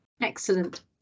Excellent